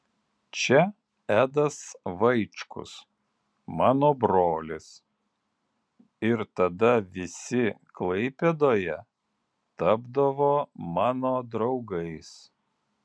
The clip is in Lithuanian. čia edas vaičkus mano brolis ir tada visi klaipėdoje tapdavo mano draugais